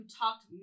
talked